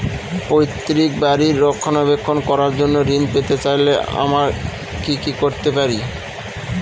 পৈত্রিক বাড়ির রক্ষণাবেক্ষণ করার জন্য ঋণ পেতে চাইলে আমায় কি কী করতে পারি?